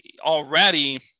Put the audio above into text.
already